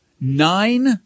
nine